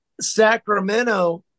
Sacramento